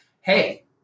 hey